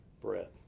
bread